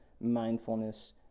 mindfulness